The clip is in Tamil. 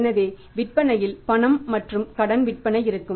எனவே விற்பனையில் பணம் மற்றும் கடன் விற்பனை இருக்கும்